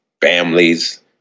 Families